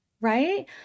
right